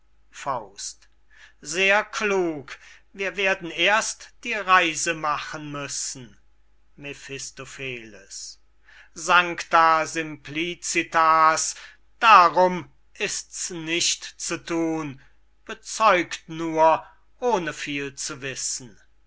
ruhn sehr klug wir werden erst die reise machen müssen mephistopheles sancta simplicitas darum ist's nicht zu thun bezeugt nur ohne viel zu wissen